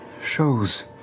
shows